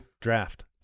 draft